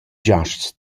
giasts